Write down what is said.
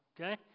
Okay